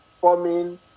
forming